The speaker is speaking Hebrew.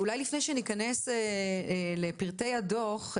אולי לפני שניכנס לפרטי הדוח,